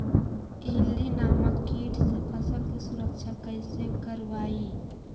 इल्ली नामक किट से फसल के सुरक्षा कैसे करवाईं?